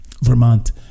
Vermont